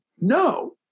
no